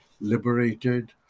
liberated